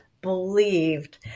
believed